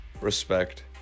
respect